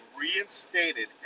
reinstated